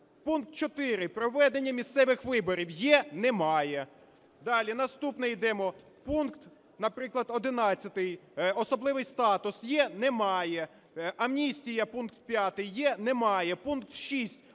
Пункт 4 – проведення місцевих виборів. Є? Немає. Далі, наступне йдемо. Пункт, наприклад, 11 – особливий статус. Є? Немає. Амністія - пункт 5. Є? Немає. Пункт 6